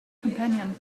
companion